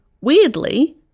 Weirdly